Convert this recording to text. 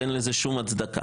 שאין לזה שום הצדקה.